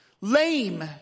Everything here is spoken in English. Lame